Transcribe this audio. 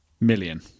million